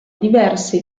diverse